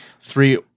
three